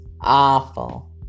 awful